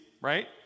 right